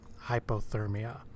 Hypothermia